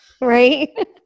right